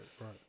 right